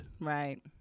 Right